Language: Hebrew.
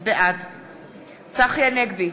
בעד צחי הנגבי,